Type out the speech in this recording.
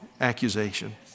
accusation